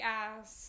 ass